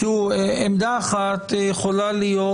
עמדה אחת יכולה להיות